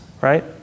right